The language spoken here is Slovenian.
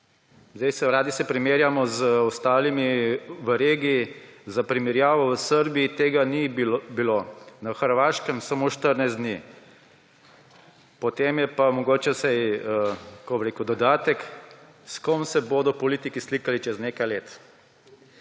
Radi se primerjamo z ostalimi v regiji, za primerjavo, v Srbiji tega ni bilo, na Hrvaškem samo 14 dni. Potem je pa mogoče vsaj, kako bi rekel, dodatek, s kom se bodo politiki slikali čez nekaj let.